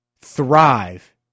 thrive